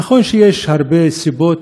נכון שיש הרבה סיבות,